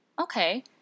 Okay